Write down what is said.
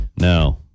No